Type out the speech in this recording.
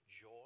joy